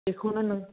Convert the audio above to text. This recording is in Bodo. बेखौनो नों